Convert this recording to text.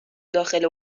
داخل